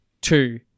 two